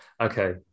Okay